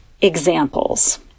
examples